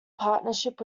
partnership